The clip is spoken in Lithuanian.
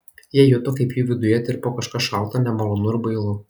jie juto kaip jų viduje tirpo kažkas šalta nemalonu ir bailu